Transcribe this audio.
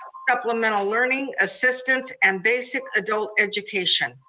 supplemental learning assistance, and basic adult education.